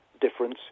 difference